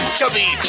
Chubby